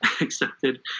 accepted